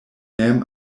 mem